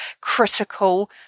critical